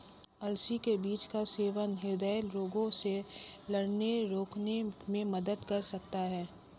अलसी के बीज का सेवन हृदय रोगों से लड़ने रोकने में मदद कर सकता है